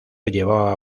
llevaba